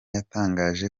yatangaje